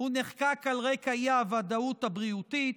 הוא נחקק על רקע האי-ודאות הבריאותית.